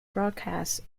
broadcast